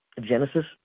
Genesis